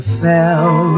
fell